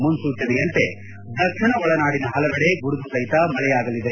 ಮುನ್ನೂಚನೆಯಂತೆ ದಕ್ಷಿಣ ಒಳನಾಡಿನ ಪಲವೆಡೆ ಗುಡುಗು ಸಹಿತ ಮಳೆಯಾಗಲಿದೆ